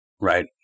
right